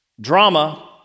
drama